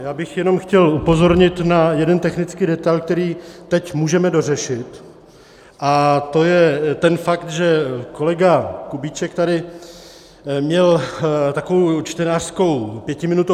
Já bych jenom chtěl upozornit na jeden technický detail, který teď můžeme dořešit, a to je ten fakt, že kolega Kubíček tady měl takovou čtenářskou pětiminutovku.